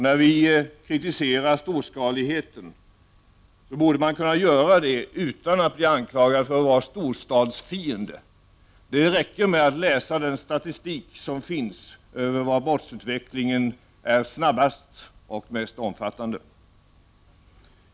När vi kritiserar storskaligheten borde vi kunna göra det utan att bli anklagade för att vara storstadsfiender. Det räcker med att läsa den statistik som finns över brotten för att se var brottsutvecklingen är snabbast och mest omfattande.